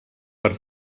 per